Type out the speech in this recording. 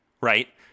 right